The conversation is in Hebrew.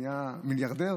נהיה מיליארדר,